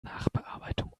nachbearbeitung